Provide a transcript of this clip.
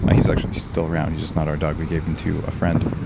ah he's actually still around. he's just not our dog. we gave him to a friend,